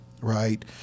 right